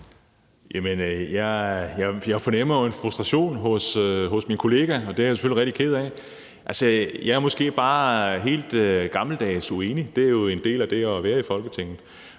Jeg fornemmer jo en frustration hos min kollega, og det er jeg selvfølgelig rigtig ked af. Jeg er måske bare helt gammeldags uenig. Det er jo en del af det at være i Folketinget.